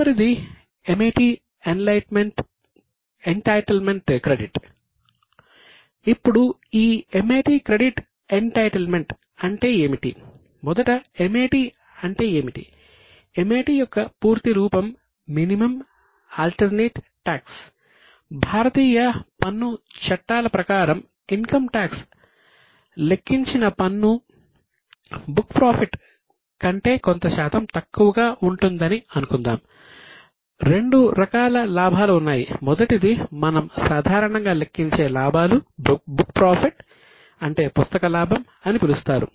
తదుపరిది MAT entitlement credit అంటే పుస్తక లాభం అని పిలుస్తారు